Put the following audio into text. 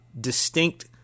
distinct